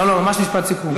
לא לא, ממש משפט סיכום.